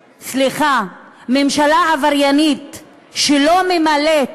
סליחה, ממשלה עבריינית שלא ממלאת